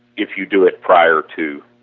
if you do it prior to